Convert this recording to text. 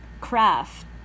craft